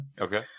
Okay